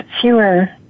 fewer